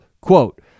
Quote